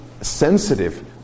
sensitive